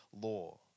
law